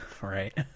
Right